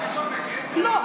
לא.